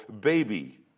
baby